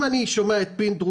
אם אני שומע את פינדרוס,